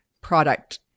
product